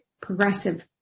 progressive